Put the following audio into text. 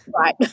Right